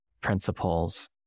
principles